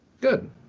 good